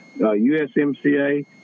USMCA